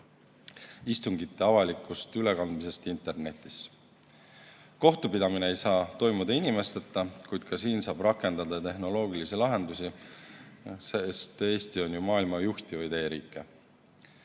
istungite avalikust ülekandmisest internetis. Kohtupidamine ei saa toimuda inimesteta, kuid ka siin saab rakendada tehnoloogilisi lahendusi, sest Eesti on ju maailma juhtivaid